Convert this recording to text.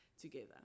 together